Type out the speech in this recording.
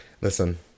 Listen